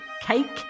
cake